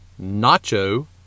Nacho